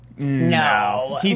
No